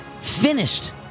finished